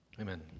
Amen